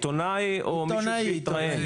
עיתונאי או מישהו שהתראיין?